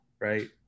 Right